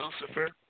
Lucifer